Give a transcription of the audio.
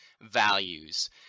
values